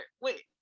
Wait